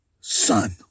son